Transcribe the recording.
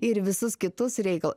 ir visus kitus reikalus